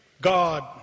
God